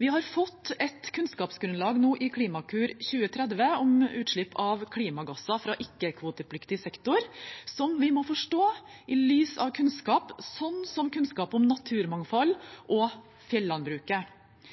Vi har fått et kunnskapsgrunnlag nå i Klimakur 2030 om utslipp av klimagasser fra ikke-kvotepliktig sektor som vi må forstå i lys av kunnskap, sånn som kunnskap om naturmangfold og